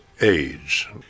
age